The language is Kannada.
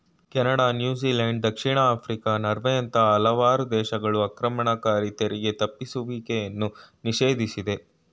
ಕೆನಡಾ, ನ್ಯೂಜಿಲೆಂಡ್, ದಕ್ಷಿಣ ಆಫ್ರಿಕಾ, ನಾರ್ವೆಯಂತ ಹಲವಾರು ದೇಶಗಳು ಆಕ್ರಮಣಕಾರಿ ತೆರಿಗೆ ತಪ್ಪಿಸುವಿಕೆಯನ್ನು ನಿಷೇಧಿಸಿದೆ